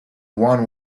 one